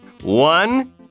One